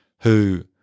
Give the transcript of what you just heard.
who-